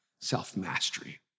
self-mastery